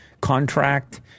contract